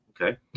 Okay